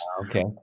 Okay